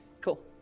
Cool